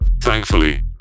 Thankfully